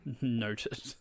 Noted